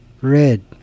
Red